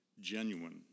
genuine